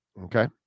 okay